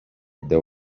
deu